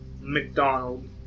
McDonald